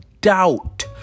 doubt